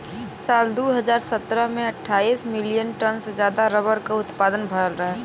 साल दू हज़ार सत्रह में अट्ठाईस मिलियन टन से जादा रबर क उत्पदान भयल रहे